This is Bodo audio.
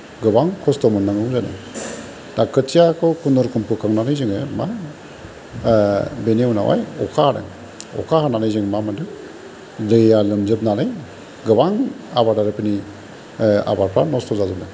गोबां खस्थ' मोन्नांगौ जादों दा खोथियाखौ खुनुरुखुम फोखांनानै जोङो मा बेनि उनावहाय अखा हादों अखा हानानै जों मा मोनदों दैया लोमजोबनानै गोबां आबादारिफोरनि आबादफ्रा नस्त' जाजोबदों